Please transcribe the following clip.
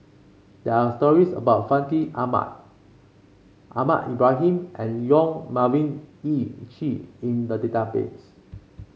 there are stories about Fandi Ahmad Ahmad Ibrahim and Yong Melvin Yik Chye in the database